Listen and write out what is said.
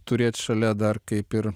turėt šalia dar kaip ir